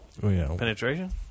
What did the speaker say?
Penetration